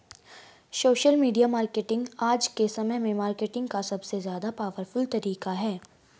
social media marketing आज के समय में मार्केटिंग का सबसे ज्यादा पॉवरफुल तरीका है